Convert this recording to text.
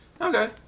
okay